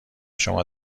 شما